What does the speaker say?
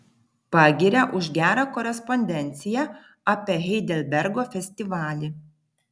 pagiria už gerą korespondenciją apie heidelbergo festivalį